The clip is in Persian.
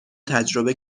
تجربه